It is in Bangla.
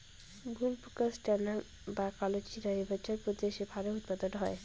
বুলবোকাস্ট্যানাম বা কালোজিরা হিমাচল প্রদেশে ভালো উৎপাদন হয়